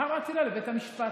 לאחר העתירה לבית המשפט.